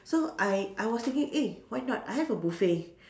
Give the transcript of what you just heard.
so I I was thinking eh why not I have a buffet